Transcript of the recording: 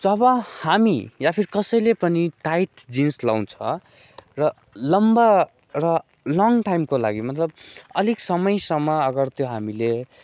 जब हामी या फिर कसैले पनि टाइट जिन्स लाउँछ र लम्बा र लङ टाइमको लागि मतलब अलिक समयसम्म अगर त्यो हामीले